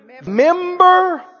Member